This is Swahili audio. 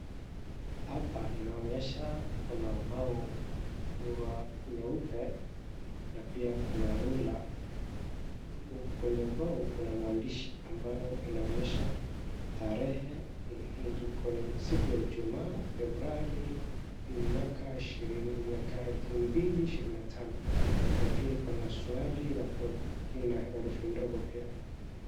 Hapa inaonyesha kuna ubao wa nyeupe na pia kuna rula. Kwenye ubao kuna maandishi ambayo inaonyesha tarehe, siku ya Ijumaa, Februari, mwaka wa elfu mbili ishirini na tano na pia ikona swali na ina herufi ndogo pia.